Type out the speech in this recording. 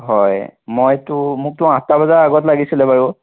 হয় মইতো মোকতো আঠটা বজাৰ আগত লাগিছিল বাৰু